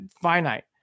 finite